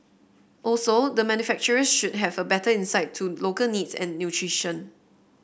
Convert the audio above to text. also the manufacturers should have a better insight to local needs and nutrition